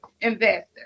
investor